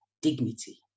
dignity